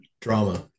Drama